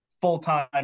full-time